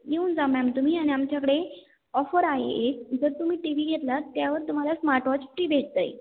येऊन जा मॅम तुम्ही आणि आमच्याकडे ऑफर आहे एक जर तुम्ही टी वी घेतलात त्यावर तुम्हाला स्मार्टवॉच फ्री भेटतं आहे